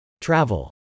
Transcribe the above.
Travel